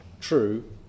true